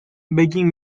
begging